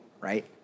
right